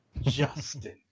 Justin